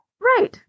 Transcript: Right